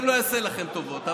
אני גם לא אעשה לכם טובות.